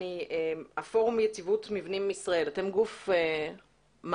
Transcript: פרום יציבות מבנים ישראל, אתם גוף פרטי?